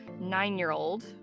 nine-year-old